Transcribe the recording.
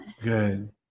Good